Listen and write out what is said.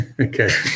Okay